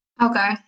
Okay